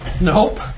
Nope